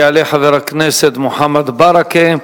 יעלה חבר הכנסת מוחמד ברכה.